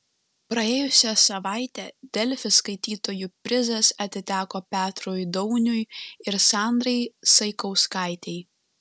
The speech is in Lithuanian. praėjusią savaitę delfi skaitytojų prizas atiteko petrui dauniui ir sandrai saikauskaitei